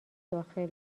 داخل